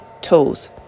tools